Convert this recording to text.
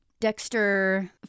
Dexter